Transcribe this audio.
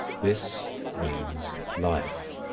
this means life.